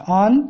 on